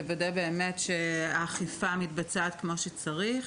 ולוודא שהאכיפה מתבצעת כמו שצריך.